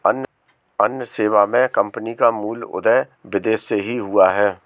अन्य सेवा मे कम्पनी का मूल उदय विदेश से ही हुआ है